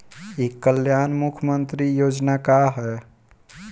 ई कल्याण मुख्य्मंत्री योजना का है?